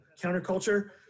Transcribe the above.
counterculture